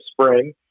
spring